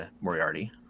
Moriarty